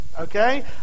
okay